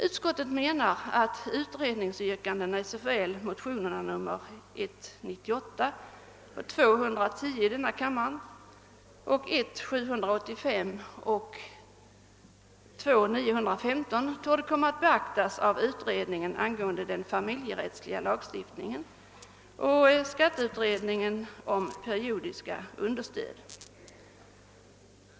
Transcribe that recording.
Utskottet menar att utredningsyrkandena i motionerna 1:98 och II:110 samt I: 785 och II: 915 torde komma att beaktas av utredningen angående den familjerättsliga lagstiftningen och skatteutredningen om periodiskt understöd.